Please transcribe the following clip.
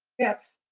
yes.